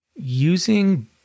Using